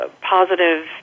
Positive